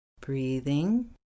Breathing